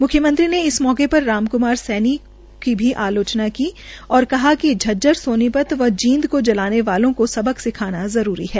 मुख्यमंत्री ने इस मौके र राजक्मार सैनी की भी आलोचनाकी और कहा िक झज्जर सोनी त व जींद को जलाने वालों को सबक सिखाना जरूरी है